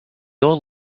old